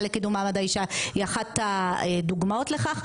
לקידום מעמד האישה היא אחת הדוגמאות לכך.